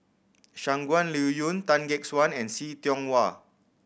Shangguan Liuyun Tan Gek Suan and See Tiong Wah